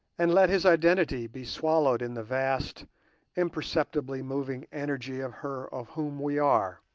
and let his identity be swallowed in the vast imperceptibly moving energy of her of whom we are,